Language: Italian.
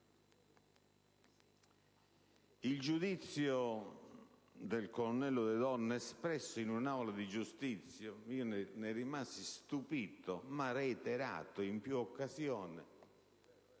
Il giudizio del colonnello De Donno, espresso in un'aula di giustizia - che mi lasciò stupito - e reiterato in più occasioni,